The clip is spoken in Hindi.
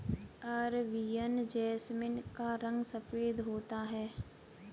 अरेबियन जैसमिन का रंग सफेद होता है